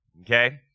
okay